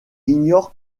ignore